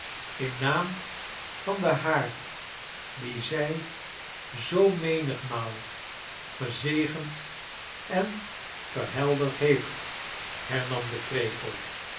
in naam van den haard dim zij zoo menigmaal gezegend en vetrhelderd heeft hernam de krekel